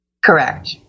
Correct